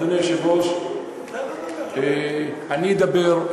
אדוני היושב-ראש, אני אדבר.